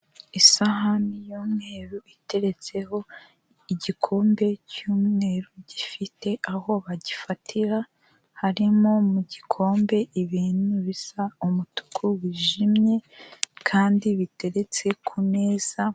Isahani y'umweru iteretseho igikombe cy'umweru gifite aho bagifatira harimo mu gikombe ibintu bisa umutuku wijimye kandi biteretse ku meza.